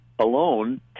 alone